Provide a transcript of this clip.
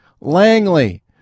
langley